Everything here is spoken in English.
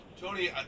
Tony